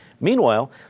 Meanwhile